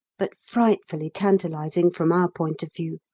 but frightfully tantalising from our point of view.